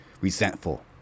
resentful